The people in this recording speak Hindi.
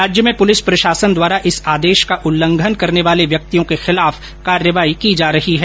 राज्य में पूलिस प्रशासन द्वारा इस आदेश का उल्लंघन करने वाले व्यक्तियों के खिलाफ कार्रवाई की जा रही है